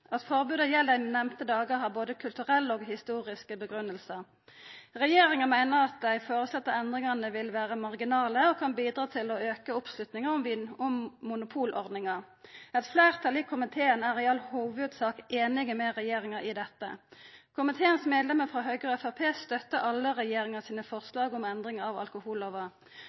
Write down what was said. for forbodet mot sal på visse dagar er at regulering av tilgjengelegheit av alkoholhaldig drikk verkar hemmande på forbruket, som igjen verkar på skadeomfanget. At forboda gjeld dei nemnde dagane, har både kulturelle og historiske grunngivingar. Regjeringa meiner at dei føreslåtte endringane vil vera marginale og kan bidra til å auka oppslutninga om monopolordninga. Eit fleirtal i komiteen er i all hovudsak einig med regjeringa i dette. Komitémedlemmene frå Høgre